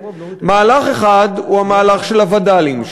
מהלך אחד הוא המהלך של הווד"לים,